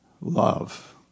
Love